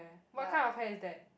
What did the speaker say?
what kind of hair is that